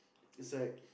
it's like